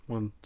One